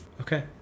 Okay